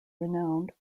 renowned